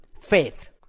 Faith